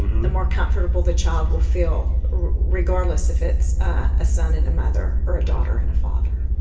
the more comfortable the child will feel, regardless if it's a son and mother, or a daughter and a father.